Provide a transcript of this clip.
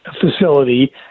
facility